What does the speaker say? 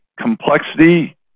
Complexity